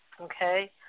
Okay